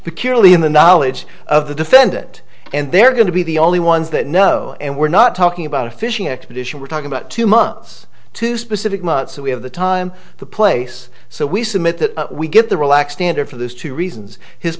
the cure early in the knowledge of the defendant and they're going to be the only ones that know and we're not talking about a fishing expedition we're talking about two months two specific months so we have the time the place so we submit that we get the relax standard for those two reasons his